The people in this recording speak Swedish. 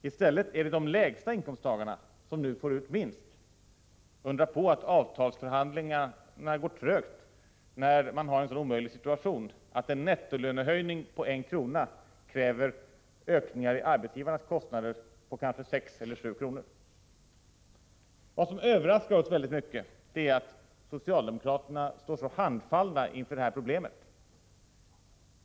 I stället är det nu de lägsta inkomsttagarna som får ut minst av en inkomstökning. Undra på att avtalsförhandlingarna går trögt i en så omöjlig situation att en nettolönehöjning på 1 kr. kräver att arbetsgivarens kostnader ökar med 6 eller 7 kr.! Vad som överraskar oss väldigt mycket är att socialdemokraterna verkar så handfallna inför det här problemet.